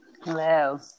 hello